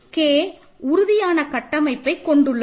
K உறுதியான கட்டமைப்பைக் கொண்டுள்ளது